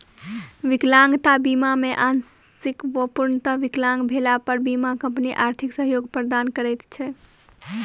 विकलांगता बीमा मे आंशिक वा पूर्णतः विकलांग भेला पर बीमा कम्पनी आर्थिक सहयोग प्रदान करैत छै